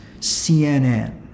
CNN